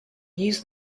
use